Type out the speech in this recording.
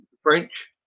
French